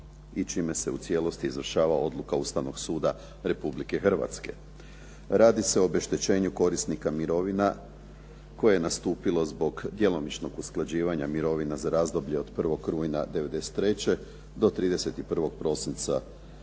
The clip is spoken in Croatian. i čime se u cijelosti izvršava odluka Ustavnog suda Republike Hrvatske. Radi se o obeštećenju korisnika mirovina koje je nastupilo zbog djelomičnog usklađivanja mirovina za razdoblje od 1. rujna '93. do 31. prosinca